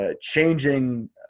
changing